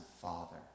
Father